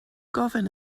gofyn